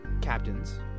Captains